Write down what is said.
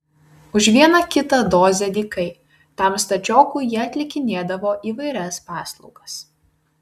už vieną kitą dozę dykai tam stačiokui jie atlikinėdavo įvairias paslaugas